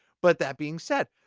but that being said,